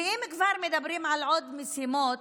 ואם כבר מדברים על עוד משימות,